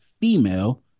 female